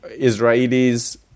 Israelis